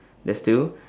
that's two